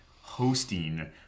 hosting